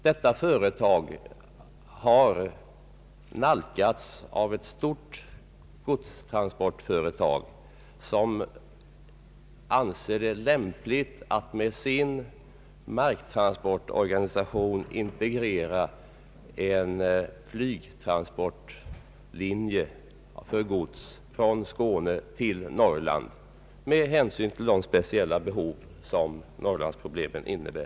Detta företag har kontaktats av ett stort godstransportföretag som anser det lämpligt att med sin marktransportorganisation integrera en flygtransportlinje för gods från Skåne till Norrland med hänsyn till de speciella behov som Norrlandsproblemen innebär.